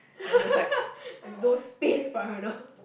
has no space for your dog